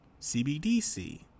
CBDC